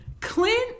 Clint